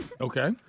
Okay